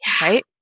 right